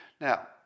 Now